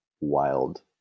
wild